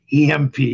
EMP